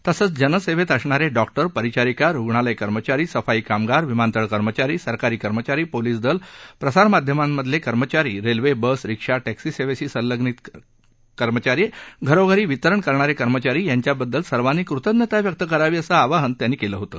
तसंच जनसेवेत असणारे डॉक्टर परिचारिका रुग्णालय कर्मचारी सफाई कामगार विमानतळ कर्मचारी सरकारी कर्मचारी पोलिस दल प्रसारमाध्यामातले कर्मचारी रेल्वेबस रिक्षा टॅक्सी सेवेशी संलग्न कर्मचारी घरोघरी वितरण करणारे कर्मचारी यांच्याबद्दल सर्वांनी कृतज्ञता व्यक्त करावी असं आवाहनही त्यांनी केलं होतं